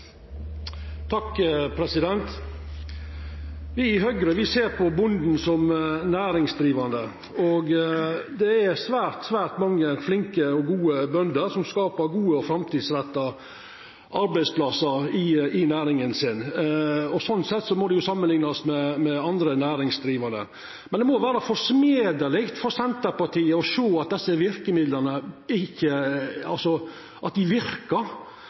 ser på bonden som ein næringsdrivande. Det er svært mange flinke og gode bønder, som skapar gode og framtidsretta arbeidsplassar i næringa si, og sånn sett må dei jo samanliknast med andre næringsdrivande. Men det må vera forsmedeleg for Senterpartiet å sjå at desse verkemidla verkar, og at